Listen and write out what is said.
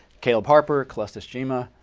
caleb harper, calestous juma,